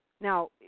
now